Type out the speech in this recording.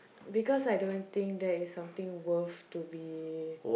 because I don't think that is something worth to be